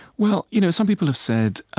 well, you know some people have said,